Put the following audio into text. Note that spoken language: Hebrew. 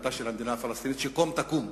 בירתה של המדינה הפלסטינית שקום תקום.